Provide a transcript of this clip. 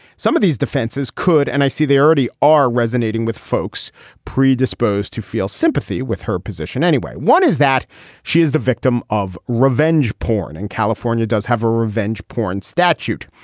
some of these defenses could and i see they already are resonating with folks predisposed to feel sympathy with her position anyway. one is that she is the victim of revenge porn and california does have a revenge porn statute.